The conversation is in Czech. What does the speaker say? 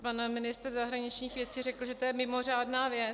Pan ministr zahraničních věcí řekl, že to je mimořádná věc.